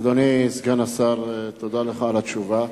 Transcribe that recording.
אדוני סגן השר, תודה לך על התשובה.